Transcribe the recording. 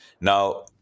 Now